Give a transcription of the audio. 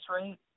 rate